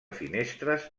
finestres